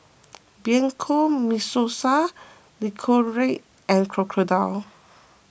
Bianco Mimosa Nicorette and Crocodile